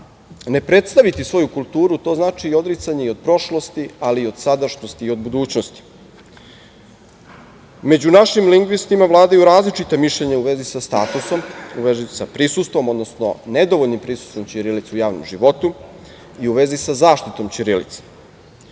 ne predstaviti svoju kulturu to znači i odricanje od prošlosti, ali i od sadašnjosti i budućnosti.Među našim lingvistima vladaju različita mišljenja u vezi sa statusom, u vezi sa prisustvom, odnosno nedovoljnim prisustvom ćirilice u javnom životu i u vezi sa zaštitom ćirilice.